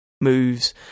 moves